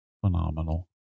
phenomenal